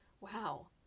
wow